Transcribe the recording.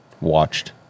Watched